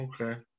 Okay